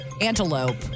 Antelope